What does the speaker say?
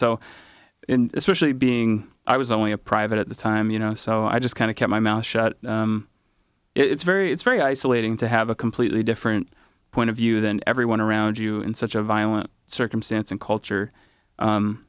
so especially being i was only a private at the time you know so i just kind of kept my mouth shut it's very it's very isolating to have a completely different point of view than everyone around you in such a violent circumstance and culture